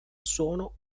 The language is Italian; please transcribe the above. suono